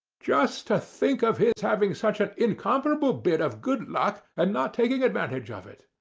just to think of his having such an incomparable bit of good luck, and not taking advantage of it.